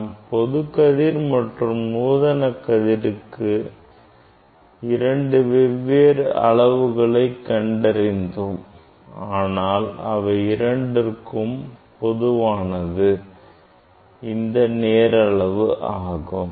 நாம் பொதுக் கதிர் மற்றும் நூதன கதிருக்கு இரண்டு வெவ்வேறு அளவுகளை கண்டறிந்தோம் ஆனால் இவை இரண்டிற்கும் பொதுவானது இந்த நேர் அளவு ஆகும்